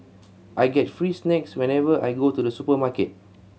I get free snacks whenever I go to the supermarket